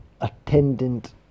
attendant